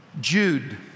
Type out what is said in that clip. Jude